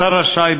השר רשאי,